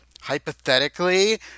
hypothetically